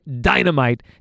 dynamite